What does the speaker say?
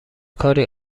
کاری